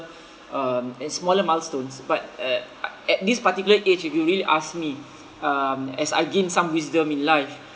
um at smaller milestones but at at at this particular age if you really ask me um as I gain some wisdom in life